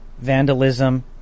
vandalism